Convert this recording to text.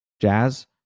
Jazz